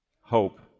hope